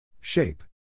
Shape